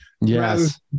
Yes